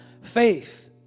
faith